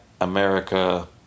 america